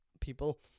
people